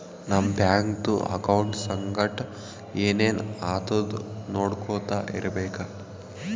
ನಮ್ ಬ್ಯಾಂಕ್ದು ಅಕೌಂಟ್ ಸಂಗಟ್ ಏನ್ ಏನ್ ಆತುದ್ ನೊಡ್ಕೊತಾ ಇರ್ಬೇಕ